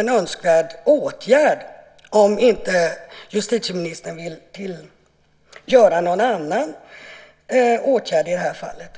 en önskvärd åtgärd, om inte i justitieministern vill vidta någon annan åtgärd på det här området.